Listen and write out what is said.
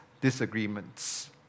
disagreements